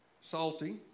salty